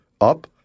up